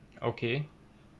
okay